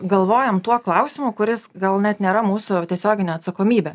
galvojam tuo klausimu kuris gal net nėra mūsų tiesioginė atsakomybė